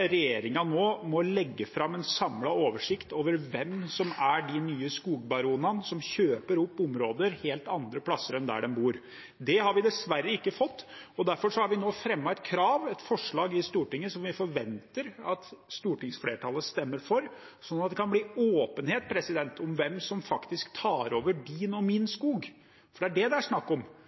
regjeringen nå må legge fram en samlet oversikt over hvem som er de nye skogbaronene som kjøper opp områder helt andre steder enn der de bor. Det har vi dessverre ikke fått. Derfor har vi nå fremmet et krav, et forslag i Stortinget, som vi forventer at stortingsflertallet stemmer for, slik at det kan bli åpenhet om hvem som faktisk tar over din og min skog, for det er det det er snakk om.